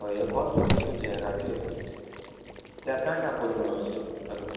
ହଏ ଭଲ୍ ତ ଦିଶୁଛେ ଏକାଜେ ଆର୍ କାଁ କାଁ ଫୁଲ୍ମାନେ ଅଛେ ଆରୁ